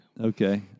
Okay